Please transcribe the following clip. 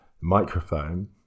microphone